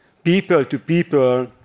People-to-people